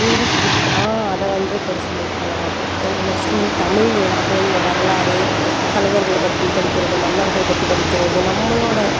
English book எல்லாம் அதை வந்து பெருசாக லைக் பண்ணமாட்டேன் எனக்கு மோஸ்ட்லி வந்து தமிழ் இதெலாம் அதுவும் இந்த வரலாறு தலைவர்களை பற்றி படிக்கிறது மன்னர்கள் பற்றி படிக்கிறது நம்மளோடைய